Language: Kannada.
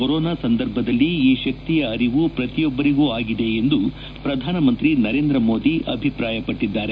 ಕೊರೋನಾ ಸಂದರ್ಭದಲ್ಲಿ ಈ ಶಕ್ತಿಯ ಅರಿವು ಪ್ರತಿಯೊಬ್ಬರಿಗೂ ಆಗಿದೆ ಎಂದು ಪ್ರಧಾನಮಂತ್ರಿ ನರೇಂದ್ರ ಮೋದಿ ಅಭಿಪ್ರಾಯಪಟ್ಟದ್ದಾರೆ